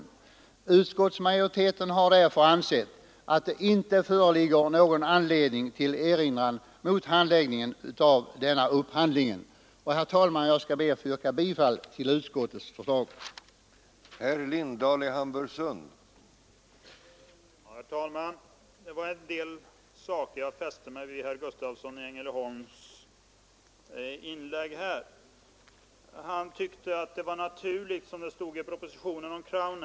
Nr 87 Utskottsmajoriteten har därför ansett att det inte föreligger någon Tisdagen den anledning till erinran mot handläggningen av denna upphandling. 21 maj 1974 Herr talman! Jag yrkar att utskottets anmälan i förevarande del läggs